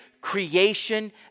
creation